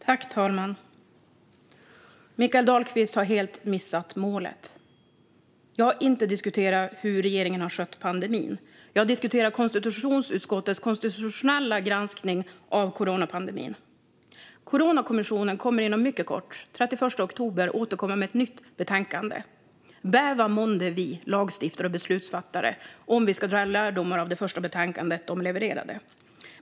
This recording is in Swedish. Fru talman! Mikael Dahlqvist har helt missat målet. Jag har inte diskuterat hur regeringen har skött pandemin. Jag diskuterar konstitutionsutskottets konstitutionella granskning av pandemin. Coronakommissionen kommer inom kort, den 31 oktober, att återkomma med ett nytt betänkande. Bäva månde vi lagstiftare och beslutsfattare om vi ska dra slutsatser av det första betänkandet den levererade!